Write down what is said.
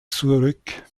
zurück